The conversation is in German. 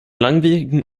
langwierigen